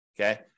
Okay